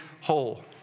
whole